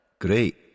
Great